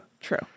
true